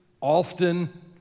often